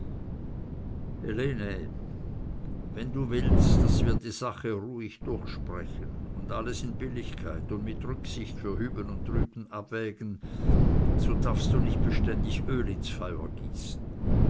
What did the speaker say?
wenn du willst daß wir die sache ruhig durchsprechen und alles in billigkeit und mit rücksicht für hüben und drüben abwägen so darfst du nicht beständig öl ins feuer gießen